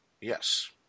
Yes